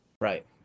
right